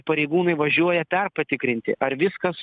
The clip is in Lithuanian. pareigūnai važiuoja perpatikrinti ar viskas